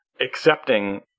accepting